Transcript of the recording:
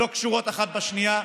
שלא קשורות אחת בשנייה.